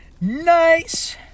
nice